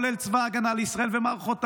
כולל צבא ההגנה לישראל ומערכות הביטחון,